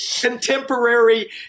contemporary